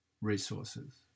resources